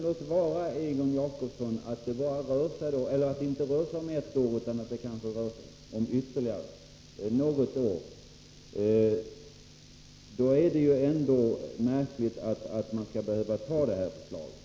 Låt vara att det inte bara rör sig om ett år utan kanske ytterligare något år, som Egon Jacobsson sade — då är det ändå märkligt att man skall behöva anta detta förslag.